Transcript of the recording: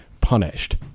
punished